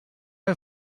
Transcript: are